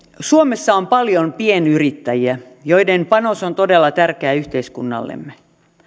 suomessa on paljon pienyrittäjiä joiden panos on todella tärkeä yhteiskunnallemme